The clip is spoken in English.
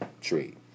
trade